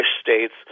states